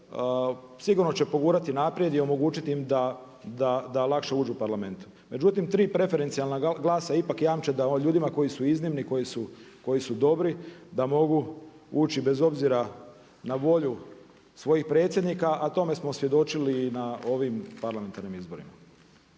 sigurno će pogurati naprijed i omogućiti im da lakše uđu u parlament. Međutim, tri preferencijalna glasa ipak jamče da ljudima koji su iznimni, koji su dobri da mogu ući bez obzira na volju svojih predsjednika a tome smo svjedočili i na ovim parlamentarnim izborima.